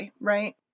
right